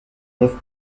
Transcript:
neuf